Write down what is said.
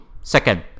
Second